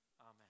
amen